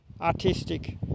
artistic